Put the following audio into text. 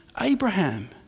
Abraham